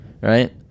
right